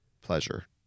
pleasure